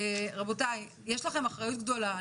רבותיי, יש לכם אחריות גדולה.